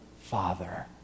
Father